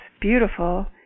beautiful